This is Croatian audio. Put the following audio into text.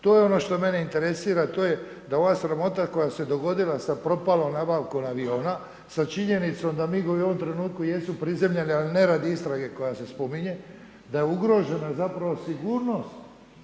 To je ono što mene interesira, to je da ova sramota koja se je dogodila sa propalom nabavkom aviona, sa činjenicom da MIG-ovi u ovom trenutku jesu prizemljeni, ali ne radi istrage koja se spominje da je ugrožena zapravo sigurnost.